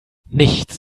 nichts